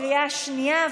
בקריאה שנייה.